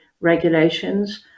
regulations